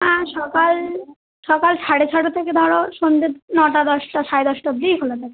হ্যাঁ সকাল সকাল সাড়ে ছটা থেকে ধরো সন্ধে নটা দশটা সাড়ে দশটা অবদিই খোলা থাকে